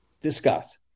Discuss